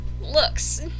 Looks